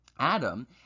Adam